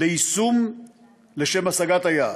ליישום לשם השגת היעד.